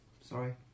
Sorry